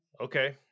Okay